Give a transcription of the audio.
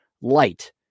light